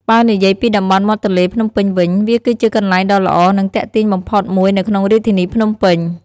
បើនិយាយពីតំបន់មាត់ទន្លេភ្នំពេញវិញ វាគឺជាកន្លែងដ៏ល្អ និងទាក់ទាញបំផុតមួយនៅក្នុងរាជធានីភ្នំពេញ។